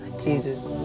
jesus